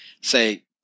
say